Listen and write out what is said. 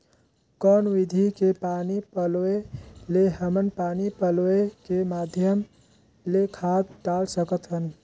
कौन विधि के पानी पलोय ले हमन पानी पलोय के माध्यम ले खाद डाल सकत हन?